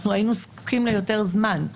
אנחנו היינו זקוקים ליותר זמן.